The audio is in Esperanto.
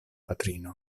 patrino